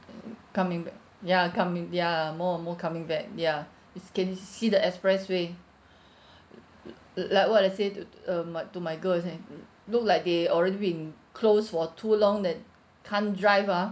coming back ya coming ya more and more coming back ya we can see the expressway uh like what I said to um my to my girls eh look like they already been closed for too long and can't drive ah